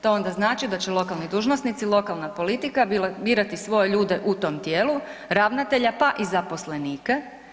To onda znači da će lokalni dužnosnici i lokalna politika birati svoje ljude u tom tijelu, ravnatelja, pa i zaposlenike.